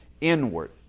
inward